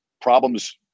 problems